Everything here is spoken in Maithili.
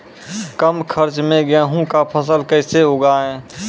कम खर्च मे गेहूँ का फसल कैसे उगाएं?